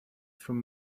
from